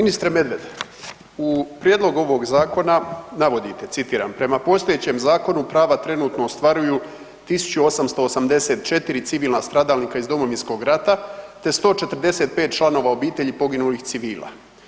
Ministre Medved, u prijedlogu ovog zakona navodite, citiram prema postojećem zakonu prava trenutno ostvaruju 1884 civilna stradalnika iz Domovinskog rata te 145 članova obitelji poginulih civila.